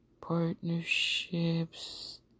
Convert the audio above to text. partnerships